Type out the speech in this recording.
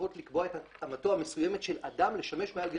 שיכולות לקבוע את התאמתו המסוימת של אדם לשמש מעל גיל